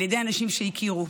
על ידי אנשים שהכירו.